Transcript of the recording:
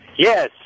Yes